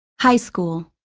high school